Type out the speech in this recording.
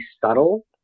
subtle